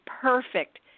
perfect